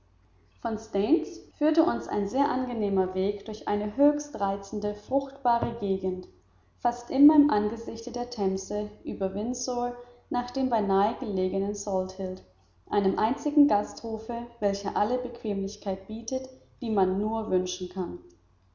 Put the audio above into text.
von staines führte uns ein sehr angenehmer weg durch eine höchst reizende fruchtbare gegend fast immer im angesicht der themse über windsor nach dem nahe dabei gelegenen salthill einem einzelnen gasthofe welcher alle bequemlichkeit bietet die man nur wünschen kann